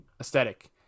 aesthetic